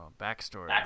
backstory